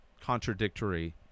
contradictory